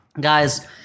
Guys